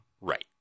Right